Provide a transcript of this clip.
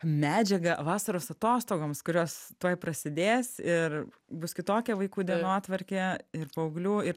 medžiaga vasaros atostogoms kurios tuoj prasidės ir bus kitokia vaikų dienotvarkė ir paauglių ir